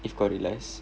if kau realise